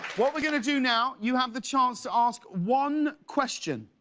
what we're going to do now, you have the chance to ask one question.